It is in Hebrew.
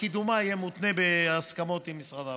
שקידומה יהיה מותנה בהסכמות עם משרד העבודה.